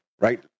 right